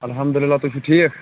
الحمدُاللہ تُہۍ چھِو ٹھیٖک